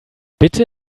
bitte